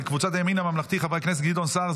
קבוצת סיעת הימין הממלכתי: חברי הכנסת גדעון סער,